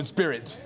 Spirit